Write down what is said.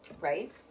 Right